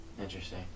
Interesting